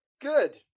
Good